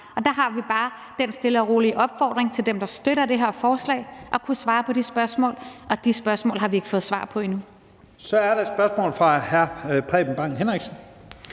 Der har vi bare den stille og rolige opfordring til dem, der støtter det her forslag, om at kunne svare på de spørgsmål, og de spørgsmål har vi ikke fået svar på endnu. Kl. 13:57 Første næstformand (Leif Lahn Jensen):